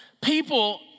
People